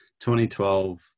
2012